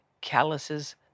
calluses